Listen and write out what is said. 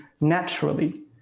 naturally